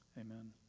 Amen